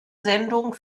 sendung